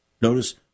Notice